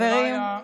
חברים,